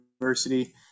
University